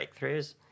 breakthroughs